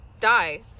Die